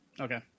Okay